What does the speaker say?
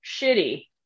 shitty